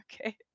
Okay